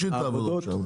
אתה אומר שיש עבודות בשבת.